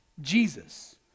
Jesus